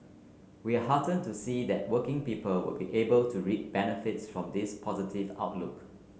we are heartened to see that working people will be able to reap benefits from this positive our a look